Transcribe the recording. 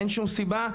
אין שום סיבה,